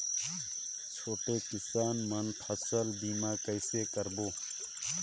छोटे किसान मन फसल बीमा कइसे कराबो?